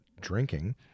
drinking